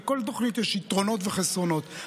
לכל תוכנית יש יתרונות וחסרונות,